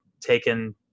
taken